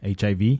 HIV